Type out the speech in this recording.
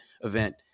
event